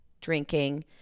drinking